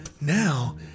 Now